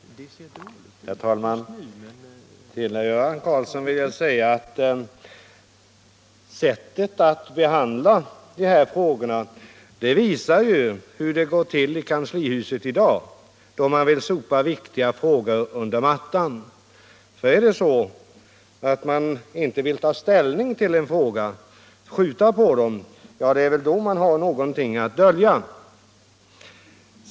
Herr talman! Till herr Göran Karlsson i Huskvarna vill jag säga att sättet att behandla de här frågorna visar ju hur det går till i kanslihuset när man vill sopa viktiga frågor under mattan. Är det så att man inte vill ta ställning till en fråga utan uppskjuta den, ja, då har man väl någonting att dölja.